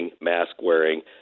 mask-wearing